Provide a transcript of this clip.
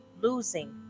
losing